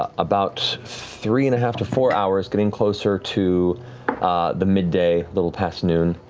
ah about three and a half to four hours, getting closer to the mid-day, little past noon,